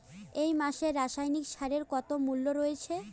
এই মাসে রাসায়নিক সারের মূল্য কত রয়েছে?